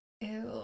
ew